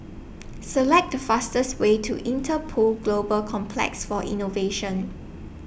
Select The fastest Way to Interpol Global Complex For Innovation